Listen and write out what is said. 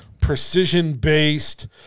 precision-based